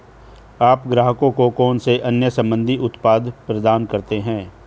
आप ग्राहकों को कौन से अन्य संबंधित उत्पाद प्रदान करते हैं?